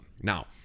Now